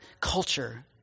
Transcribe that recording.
culture